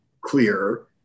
clear